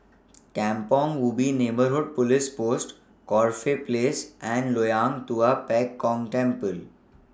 Kampong Ubi Neighbourhood Police Post Corfe Place and Loyang Tua Pek Kong Temple